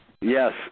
Yes